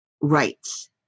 rights